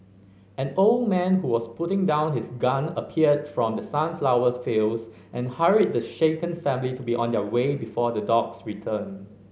an old man who was putting down his gun appeared from the sunflowers fields and hurried the shaken family to be on their way before the dogs return